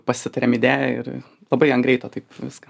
pasitarėm idėją ir labai ant greito taip viską